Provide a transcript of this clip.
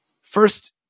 first